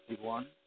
one